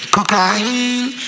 Cocaine